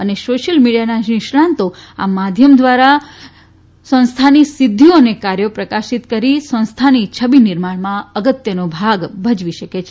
અને સોશ્યલ મીડિયાના નિષ્ણાંતો આ માધ્યમ દ્વારા સંસ્થાઓની સિદ્ધિઓ અને કાર્યો પ્રકાશિત કરી સંસ્થાની છબી નિર્માણમાં અગત્યનો ભાગ ભજવી શકે છે